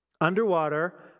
underwater